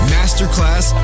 Masterclass